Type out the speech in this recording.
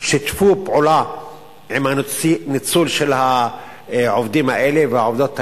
שיתפו פעולה בניצול העובדים האלה והעובדות האלה,